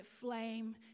flame